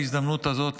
בהזדמנות הזאת,